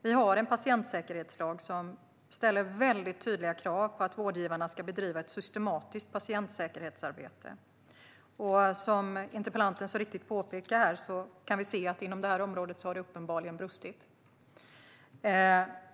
Vi har en patientsäkerhetslag som ställer väldigt tydliga krav på att vårdgivarna ska bedriva ett systematiskt patientsäkerhetsarbete. Som interpellanten så riktigt påpekar kan vi se att det uppenbarligen har brustit på det här området.